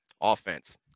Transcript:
Offense